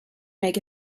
make